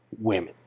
Women